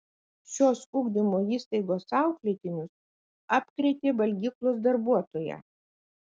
šios ugdymo įstaigos auklėtinius apkrėtė valgyklos darbuotoja